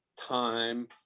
time